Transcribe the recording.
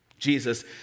Jesus